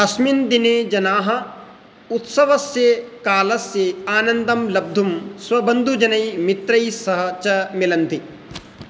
अस्मिन् दिने जनाः उत्सवस्य कालस्य आनन्दं लब्धुं स्वबन्धुजनैः मित्रैस्सह च मिलन्ति